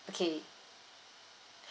okay